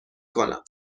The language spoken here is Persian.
کنم